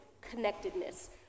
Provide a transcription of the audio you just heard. connectedness